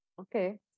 okay